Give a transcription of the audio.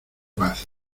paz